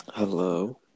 Hello